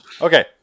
Okay